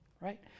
right